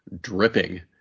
dripping